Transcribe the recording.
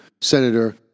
Senator